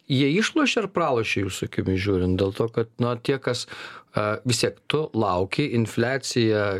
jie išlošė ar pralošė jūsų akimis žiūrint dėl to kad na tie kas a vistiek tu laukei infliacija